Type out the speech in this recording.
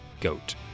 goat